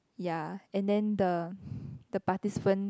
ya and then the the participant